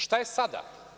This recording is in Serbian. Šta je sada?